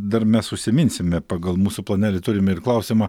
dar mes užsiminsime pagal mūsų planelį turime ir klausimą